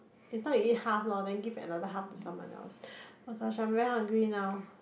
later you eat half lor then give another half to someone else oh-my-gosh I very hungry now